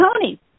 Tony